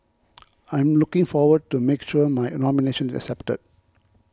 I'm looking forward to making sure my nomination is accepted